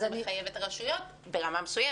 אז זה יחייב את הרשויות המקומיות ברמה מסוימת.